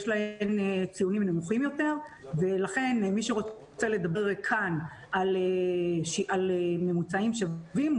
יש להן ציונים נמוכים יותר ולכן מי שרוצה לדבר כאן על ממוצעים שווים,